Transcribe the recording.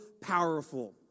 powerful